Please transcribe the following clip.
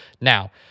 Now